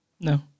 No